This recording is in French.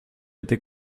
été